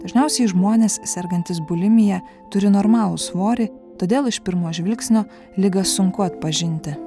dažniausiai žmonės sergantys bulimija turi normalų svorį todėl iš pirmo žvilgsnio ligą sunku atpažinti